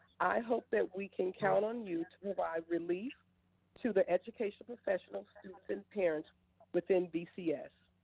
i hope that we can count on you to provide relief to the education professionals, students and parents within bcs.